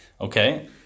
Okay